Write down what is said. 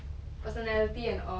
personality